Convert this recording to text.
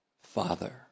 Father